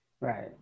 Right